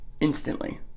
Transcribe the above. instantly